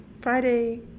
Friday